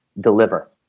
deliver